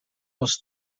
als